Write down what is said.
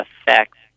effect